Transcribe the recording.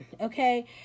okay